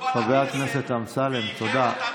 חבר הכנסת אמסלם, תודה.